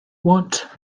want